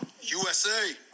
USA